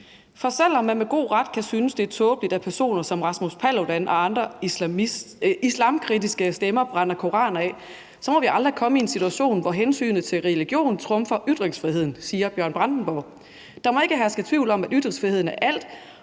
»For selvom man med god ret kan synes, det er tåbeligt, at personer som Rasmus Paludan og andre islamkritiske stemmer brænder koraner af, må vi aldrig komme i en situation, hvor hensynet til religion trumfer ytringsfriheden ... Der må ikke herske tvivl om, at ytringsfriheden og alt,